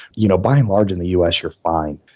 you know by and large in the us you're fine.